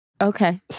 Okay